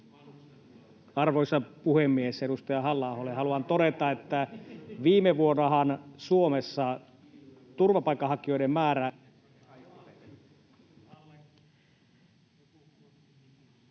Arvoisa puhemies! Edustaja Halla-aholle haluan todeta, että viime vuonnahan Suomessa turvapaikanhakijoiden määrä